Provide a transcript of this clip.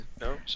No